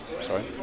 sorry